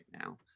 now